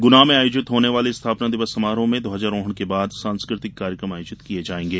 गुना में आयोजित होने वाले स्थापना दिवस समारोह में ध्वजारोहण के बाद सांस्कृतिक कार्यक्रम आयोजित किये जायेंगे